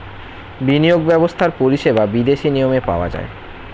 বিনিয়োগ ব্যবস্থার পরিষেবা বিদেশি নিয়মে পাওয়া যায়